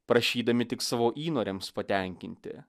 prašydami tik savo įnoriams patenkinti